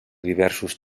diversos